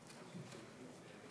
היושב-ראש,